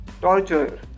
torture